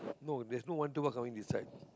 no there's no one two four coming this side